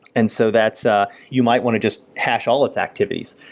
and so that's ah you might want to just hash all its activities.